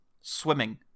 Swimming